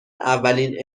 اولین